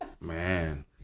Man